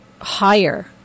higher